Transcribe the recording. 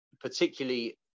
particularly